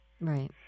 Right